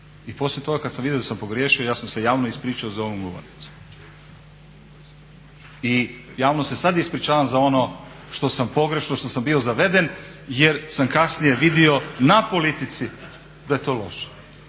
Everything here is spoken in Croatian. I poslije toga kad sam vidio da sam pogriješio ja sam se javno ispričao za ovom govornicom. I javno se sad ispričavam za ono što sam pogrešno, što sam bio zaveden jer sam kasnije vidio na politici da je to loše,